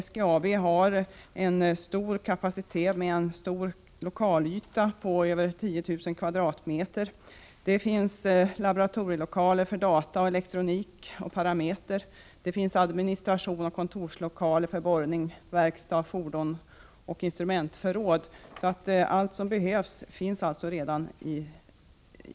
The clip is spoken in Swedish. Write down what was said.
SGAB har stor kapacitet med en lokalyta på över 10 000 m?. Där finns laboratorielokaler för data och elektronik och parameter. Det finns administrationsoch kontorslokaler för borrning, verkstad, fordon och instrumentförråd. Allt som behövs finns alltså redan.